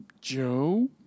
Joe